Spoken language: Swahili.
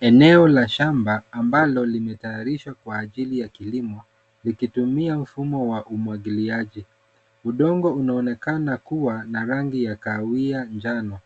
Eneo la shamba ambalo limetayarishwa kwa ajili ya kilimo vikitumia mfumo wa umwagiliaji. Udongo unaonekana kuwa na rangi ya kahawia njano